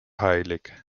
heilig